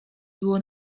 było